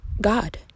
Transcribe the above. God